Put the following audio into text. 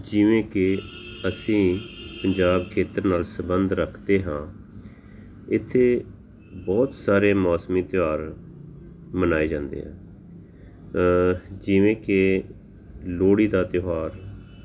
ਜਿਵੇਂ ਕਿ ਅਸੀਂ ਪੰਜਾਬ ਖੇਤਰ ਨਾਲ ਸੰਬੰਧ ਰੱਖਦੇ ਹਾਂ ਇੱਥੇ ਬਹੁਤ ਸਾਰੇ ਮੌਸਮੀ ਤਿਉਹਾਰ ਮਨਾਏ ਜਾਂਦੇ ਆ ਜਿਵੇਂ ਕਿ ਲੋਹੜੀ ਦਾ ਤਿਉਹਾਰ